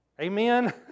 Amen